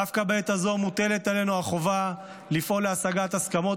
דווקא בעת הזאת מוטלת עלינו החובה לפעול להשגת הסכמות